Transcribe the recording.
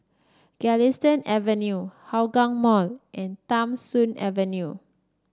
Galistan Avenue Hougang Mall and Tham Soong Avenue